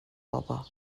بابا